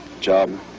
job